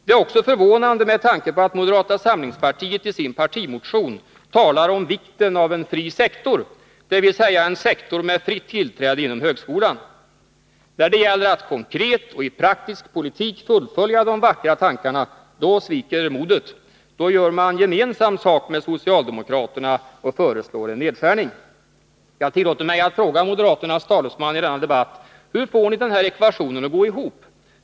Det är också förvånande med tanke på att moderata samlingspartiet i sin partimotion talar om vikten av en fri sektor, dvs. en sektor med fritt tillträde inom högskolan. När det gäller att konkret och i praktisk politik fullfölja de vackra tankarna, då sviker modet. Då gör man gemensam sak med socialdemokraterna och föreslår en nedskärning. Jag tillåter mig att fråga moderaternas talesman i denna debatt: Hur får ni denna ekvation att gå ihop?